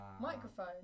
Microphone